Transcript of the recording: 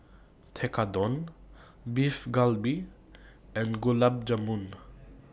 Tekkadon Beef Galbi and Gulab Jamun